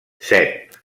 set